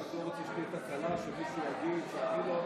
אני רק לא רוצה שתהיה תקלה שמישהו יגיד שאני לא אמרתי,